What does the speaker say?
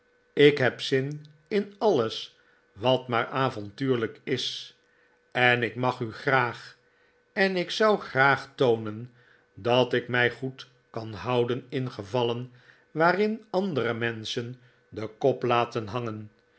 ik heb zin in alles wat maar avontuurlijk is en ik mag u graag en ik zou graag toonen dat ik mij goed kan houden in gevallen waarin andere menschen den kop laten hangen